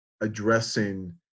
addressing